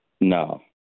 No